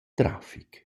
trafic